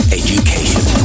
education